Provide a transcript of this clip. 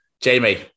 Jamie